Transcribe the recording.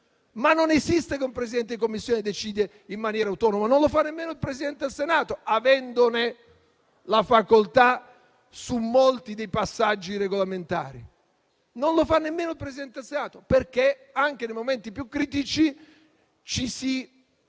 Non esiste, però, che un Presidente di Commissione decida in maniera autonoma. Non lo fa nemmeno il Presidente del Senato, pur avendone la facoltà su molti dei passaggi regolamentari. Non lo fa nemmeno il presidente del Senato, perché, anche nei momenti più critici, ci si